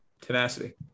tenacity